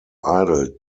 idol